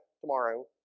tomorrow